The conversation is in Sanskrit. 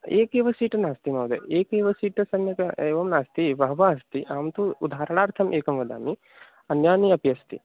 एकः एव सीट् नास्ति महोदय एकः एव सीट् सम्यक् एवं नास्ति बहवः अस्ति अहं तु उदारणार्थम् एकं वदामि अन्यानि अपि अस्ति